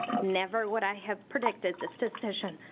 never would i have predicted this decision.